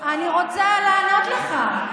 אני רוצה לענות לך.